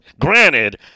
Granted